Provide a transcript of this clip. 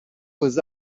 vos